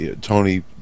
tony